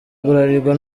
bralirwa